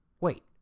Wait